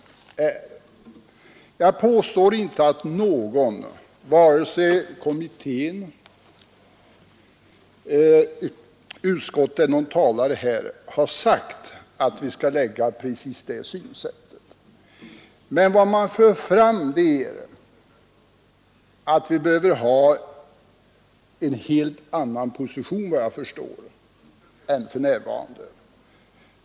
Jag påstår inte att någon, vare sig kommittén, utskottet eller någon talare här, har sagt att vi skall anlägga precis det synsättet. Men vad man för fram är, efter vad jag förstår, att vi behöver ha en helt annan position än för närvarande.